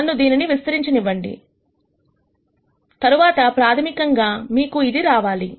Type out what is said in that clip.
నన్ను దీనిని విస్తరించినివ్వండి తర్వాత ప్రాథమికంగా మీకు ఇది రావాలి